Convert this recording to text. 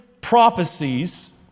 prophecies